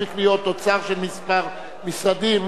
עברה בקריאה טרומית ותועבר לוועדת הפנים להכנתה לקריאה ראשונה.